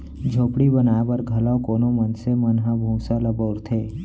झोपड़ी बनाए बर घलौ कोनो मनसे मन ह भूसा ल बउरथे